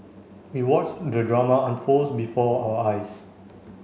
we watched the drama unfolds before our eyes